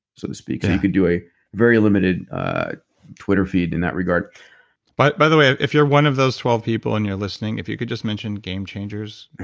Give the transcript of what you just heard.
so to speak. so and you could do a very limited twitter feed in that regard but by the way, if you're one of those twelve people, and you're listening, if you could just mention game changers.